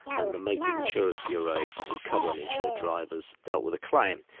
and the motor insurers' bureau, who cover on insured drivers, dealt with the claim.